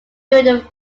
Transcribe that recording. during